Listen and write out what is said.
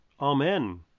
Amen